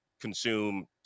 consume